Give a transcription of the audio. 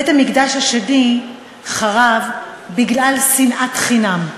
בית-המקדש השני חרב בגלל שנאת חינם,